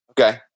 Okay